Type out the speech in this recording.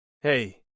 Hey